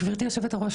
גברתי יושבת הראש,